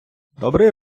добрий